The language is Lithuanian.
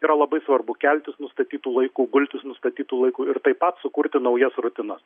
yra labai svarbu keltis nustatytu laiku gultis nustatytu laiku ir taip pat sukurti naujas rutinas